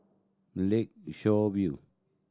Lakeshore View